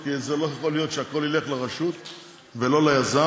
כי זה לא יכול להיות שהכול ילך לרשות ולא ליזם.